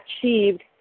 achieved